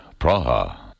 Praha